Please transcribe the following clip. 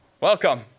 Welcome